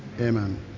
Amen